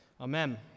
Amen